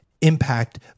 impact